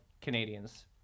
canadians